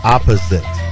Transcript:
Opposite